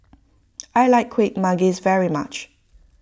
I like Kueh Manggis very much